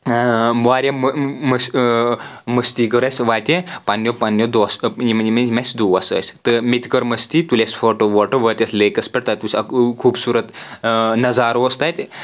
واریاہ مٔستی کٔر اسہِ وَتہِ پَننٮ۪و پَننٮ۪و دوستو یِم یِم اسہِ دوس ٲسۍ تہٕ مےٚ تہِ کٔر مٔستی تُلۍ اسہِ فوٹو ووٹو وٲتۍ أسۍ لیکس پیٹھ تَتہِ وٕچھ اکھ خوٗبصوٗرت نَظارہ اوس تَتہِ